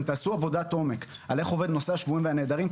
אם תעשו עבודת עומק על איך עובד נושא השבויים והנעדרים,